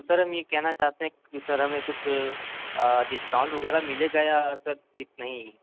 तो सर हम ये कहना चाहते हैं कि सर हमें कुछ डिस्काउंट वगैरह मिलेगा या सर इतना ही